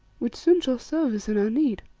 which soon shall serve us in our need.